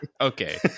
Okay